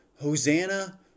Hosanna